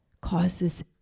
causes